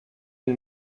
une